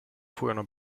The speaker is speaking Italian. furono